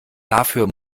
dafür